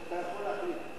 אתה יכול להחליף.